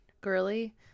girly